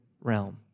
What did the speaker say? realm